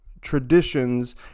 traditions